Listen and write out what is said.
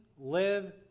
live